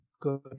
good